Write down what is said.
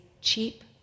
Cheap